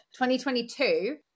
2022